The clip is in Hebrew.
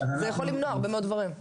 זה יכול למנוע הרבה מאוד דברים.